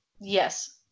yes